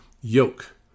yoke